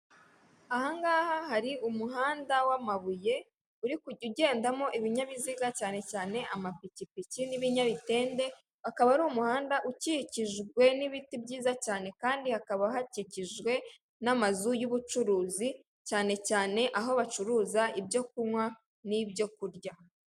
Aha ngaha hari umuhanda w'amabuye uri kujya ugendamo ibinyabiziga cyane cyane amapikipiki n'ibinyamitende, akaba ari umuhanda ukikijwe n'ibiti byiza cyane kandi hakaba hakikijwe n'amazu y'ubucuruzi cyane cyane aho bacuruza ibyo kunywa n'ibyo kurya.